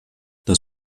das